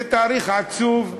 זה תאריך עצוב בעיני,